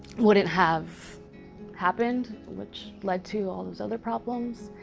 wouldn't have happened which led to all those other problems.